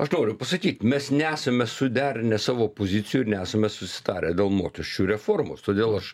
aš noriu pasakyt mes nesame suderinę savo pozicijų ir nesame susitarę dėl mokesčių reformos todėl aš